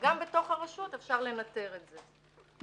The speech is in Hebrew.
גם בתוך הרשות אפשר לנתר את זה.